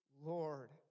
Lord